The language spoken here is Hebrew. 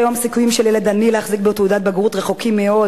כיום הסיכויים של ילד עני להחזיק בתעודת בגרות רחוקים מאוד